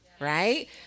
right